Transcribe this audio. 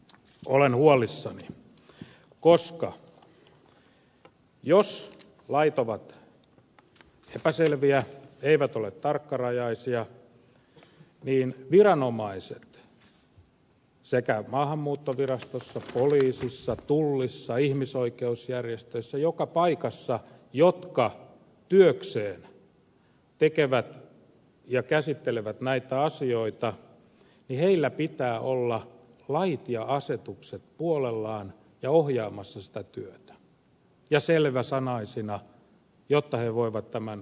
tästä olen huolissani jos lait ovat epäselviä eivät ole tarkkarajaisia sillä sekä maahanmuuttovirastossa poliisissa tullissa että ihmisoikeusjärjestöissä joka paikassa viranomaisilla jotka työkseen käsittelevät näitä asioita pitää olla lait ja asetukset puolellaan ja ohjaamassa sitä työtä ja selväsanaisina jotta he voivat tämän työnsä tehdä